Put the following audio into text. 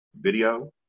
video